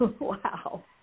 Wow